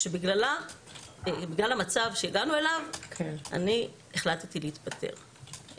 שבגלל המצב שהגענו אליו אני החלטתי להתפטר.